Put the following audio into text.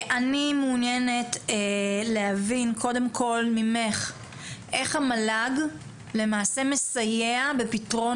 אני מעוניינת להבין ממך קודם כל איך המל"ג מסייע בפתרון